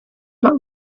not